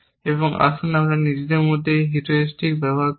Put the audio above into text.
এবং আসুন আমরা নিজেদের মধ্যে এই হিউরিস্টিক ব্যবহার করি